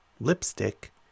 lipstick